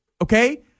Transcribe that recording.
Okay